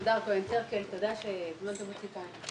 תודה שהזמנתם אותי לכאן.